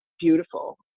beautiful